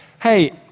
Hey